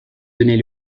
donnez